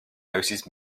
houses